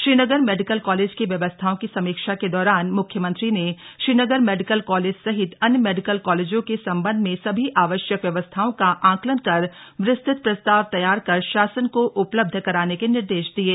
Srinagar medical college की व्यवस्थाओं की समीक्षा के दौरान म्ख्यमंत्री ने श्रीनगर मेडिकल कॉलेज सहित अन्य मेडिकल कॉलेजों के सम्बन्ध में सभी आवश्यक व्यवस्थाओं का आंकलन कर विस्तृत प्रस्ताव तैयार कर शासन को उपलब्ध करने के निर्देश दिये